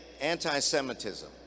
anti-Semitism